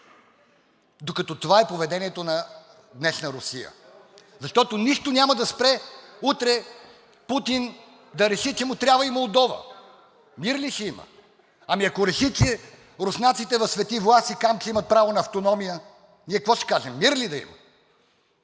докато това е поведението на днешна Русия. Защото нищо няма да спре утре Путин да реши, че му трябва и Молдова! Мир ли ще има?! Ами, ако реши, че руснаците в Свети Влас и Камчия имат право на автономия, ние какво ще кажем – мир ли да има?!